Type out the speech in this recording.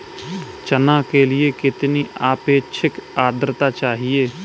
चना के लिए कितनी आपेक्षिक आद्रता चाहिए?